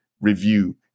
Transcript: review